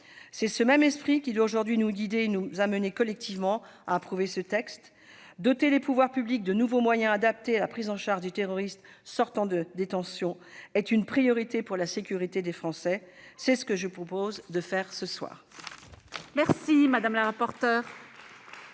C'est ce même esprit qui doit aujourd'hui nous guider et nous amener à approuver collectivement ce texte. Doter les pouvoirs publics de nouveaux moyens adaptés à la prise en charge des terroristes sortant de détention est une priorité pour la sécurité des Français. C'est ce que je vous propose de faire